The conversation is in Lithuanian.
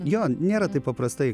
jo nėra taip paprastai